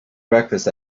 breakfast